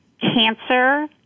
cancer